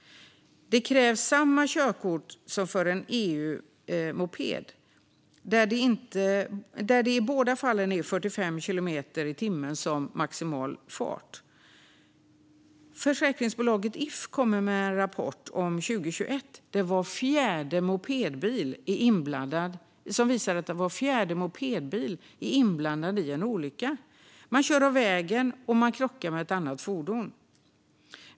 Det krävs samma körkort som för en EU-moped, där det i båda fallen är 45 kilometer i timmen som är maximal fart. Försäkringsbolaget If kom med en rapport för 2021 som visar att var fjärde mopedbil är inblandad i en olycka. Man kör av vägen eller krockar med ett annat fordon.